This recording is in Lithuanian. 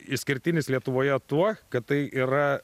išskirtinis lietuvoje tuo kad tai yra